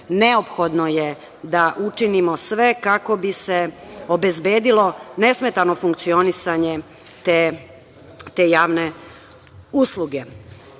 neophodno je da učinimo sve kako bi se obezbedilo nesmetano funkcionisanje te javne